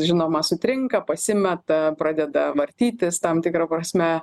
žinoma sutrinka pasimeta pradeda vartytis tam tikra prasme